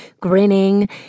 grinning